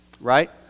right